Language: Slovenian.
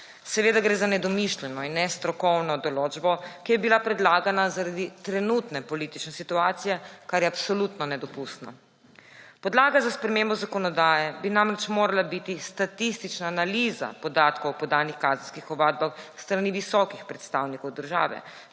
Seveda gre za nedomišljeno in nestrokovno določbo, ki je bila predlagana zaradi trenutne politične situacije, kar je absolutno nedopustno. Podlaga za spremembo zakonodaje bi namreč morala biti statistična analiza podatkov o podanih kazenskih ovadbah s strani visokih predstavnikov države